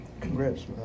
Congrats